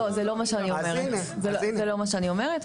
לא, זה לא מה שאני אומרת.